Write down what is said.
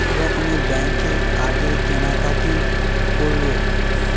এক রকমের ব্যাঙ্কের কার্ডে কেনাকাটি করব